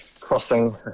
crossing